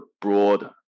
broad